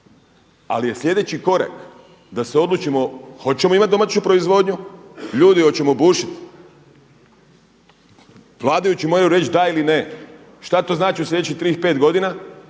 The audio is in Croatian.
Ali je sljedeći korak da se odlučimo hoćemo imati domaću proizvodnju, ljudi hoćemo bušit. Vladajući moraju reći da ili ne. Šta to znači u sljedećih tih pet godina